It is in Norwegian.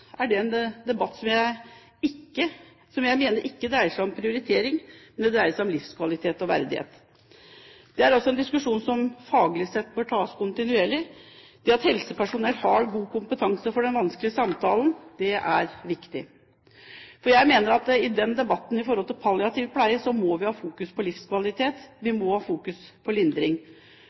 er det en debatt som jeg mener ikke dreier seg om prioritering, men om livskvalitet og verdighet. Det er altså en diskusjon som faglig sett bør tas kontinuerlig. Det at helsepersonell har god kompetanse for den vanskelige samtalen, er viktig. Jeg mener at i debatten om palliativ pleie må vi ha fokus på livskvalitet, og vi må ha fokus på lindring.